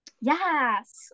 Yes